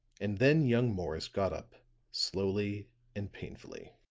and then young morris got up slowly and painfully.